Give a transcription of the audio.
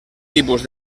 tipus